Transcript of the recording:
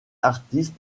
artiste